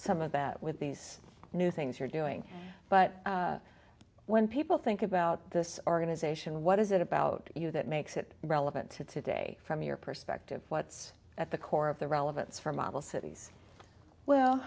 of that with these new things you're doing but when people think about this organization what is it about you that makes it relevant to today from your perspective what's at the core of the relevance for model cities well